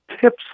tips